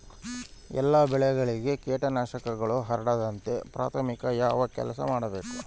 ಎಲ್ಲ ಬೆಳೆಗಳಿಗೆ ಕೇಟನಾಶಕಗಳು ಹರಡದಂತೆ ಪ್ರಾಥಮಿಕ ಯಾವ ಕೆಲಸ ಮಾಡಬೇಕು?